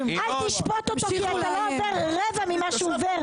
אל תשפוט אותו כי אתה לא עובר רבע ממה שהוא עובר.